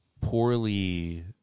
poorly